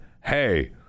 hey